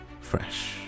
fresh